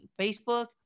Facebook